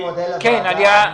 העודפים?